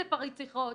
רצף הרציחות,